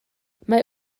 mae